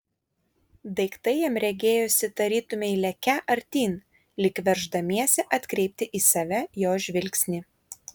daiktai jam regėjosi tarytumei lekią artyn lyg verždamiesi atkreipti į save jo žvilgsnį